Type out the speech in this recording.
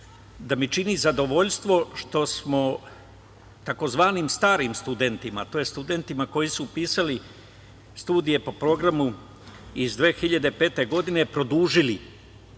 da mi čini zadovoljstvo što smo takozvanim starim studentima, to jest studentima koji su upisali studije po programu iz 2005. godine, produžili